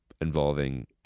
involving